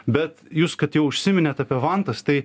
bet jūs kad jau užsiminėt apie vantas tai